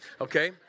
Okay